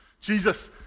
Jesus